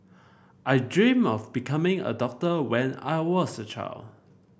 I dreamt of becoming a doctor when I was a child